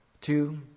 Two